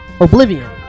Oblivion